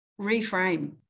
Reframe